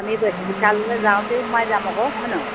আমি বিশাললে যাওঁতেই সোমাই যাম আকৌ হয় নহয়